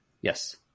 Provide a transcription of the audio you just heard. yes